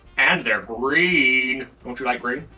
and they're green! um do you like green?